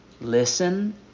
Listen